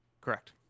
Correct